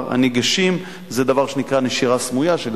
הרבה יותר גדול מהאחוז שנראה ביחס לקבוצת גיל.